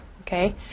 okay